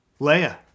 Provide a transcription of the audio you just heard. Leia